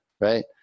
Right